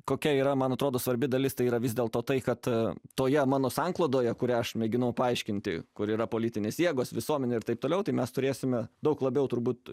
kokia yra man atrodo svarbi dalis tai yra vis dėlto tai kad toje mano sanklodoje kurią aš mėginau paaiškinti kur yra politinės jėgos visuomenė ir taip toliau tai mes turėsime daug labiau turbūt